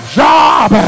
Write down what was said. job